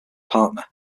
partner